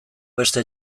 beste